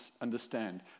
understand